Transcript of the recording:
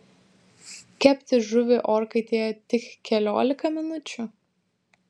kepti žuvį orkaitėje tik keliolika minučių